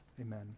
Amen